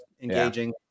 engaging